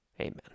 Amen